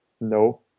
No